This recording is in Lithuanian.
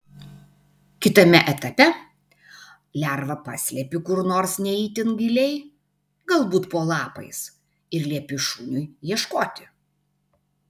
kitame etape lervą paslepi kur nors ne itin giliai galbūt po lapais ir liepi šuniui ieškoti